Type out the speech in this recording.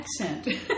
accent